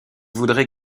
voudraient